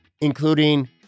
including